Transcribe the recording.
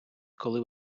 коли